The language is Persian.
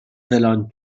فلان